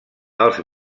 els